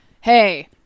hey